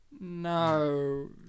No